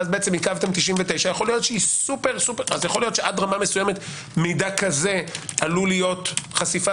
ואז עיכבתם 99. אולי עד רמה מסוימת מידע כזה עלול להיות חשיפה